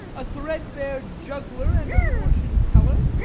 a threadbare juggler, and a fortune-teller,